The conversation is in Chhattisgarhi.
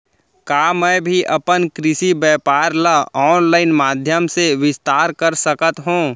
का मैं भी अपन कृषि व्यापार ल ऑनलाइन माधयम से विस्तार कर सकत हो?